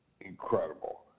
incredible